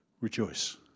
rejoice